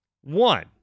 One